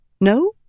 No